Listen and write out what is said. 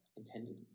intended